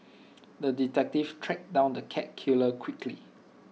the detective tracked down the cat killer quickly